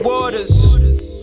Waters